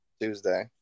Tuesday